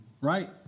Right